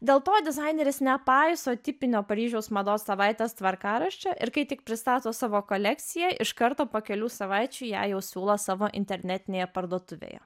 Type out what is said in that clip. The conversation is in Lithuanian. dėl to dizaineris nepaiso tipinio paryžiaus mados savaitės tvarkaraščio ir kai tik pristato savo kolekciją iš karto po kelių savaičių ją jau siūlo savo internetinėje parduotuvėje